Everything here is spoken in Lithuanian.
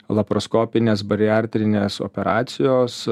laparoskopinės bariartrinės operacijos